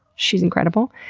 she's incredible.